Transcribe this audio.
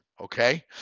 Okay